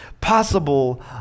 possible